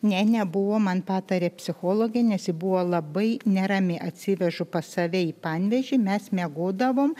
ne nebuvo man patarė psichologė nes ji buvo labai nerami atsivežu pas save į panevėžį mes miegodavom